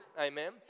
Amen